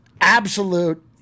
absolute